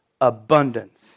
abundance